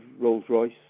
Rolls-Royce